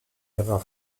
ihrer